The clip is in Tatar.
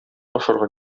ашарга